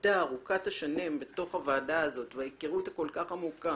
העבודה ארוכת השנים בתוך הוועדה הזו וההיכרות הכול כך עמוקה